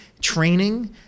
training